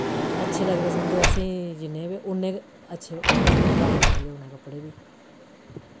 अच्छे लगदे समझो असें जिन्ने बी उन्ने अच्छे लाने चाहिदे उ'नें कपड़े वि